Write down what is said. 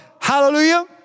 Hallelujah